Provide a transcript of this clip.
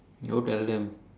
no